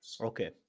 Okay